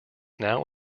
now